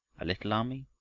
a little army?